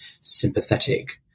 sympathetic